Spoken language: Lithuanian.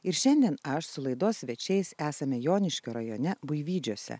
ir šiandien aš su laidos svečiais esame joniškio rajone buivydžiuose